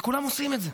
וכולם עושים את זה